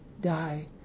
die